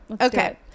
Okay